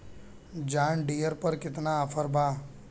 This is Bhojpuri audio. जॉन डियर पर केतना ऑफर बा?